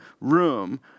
room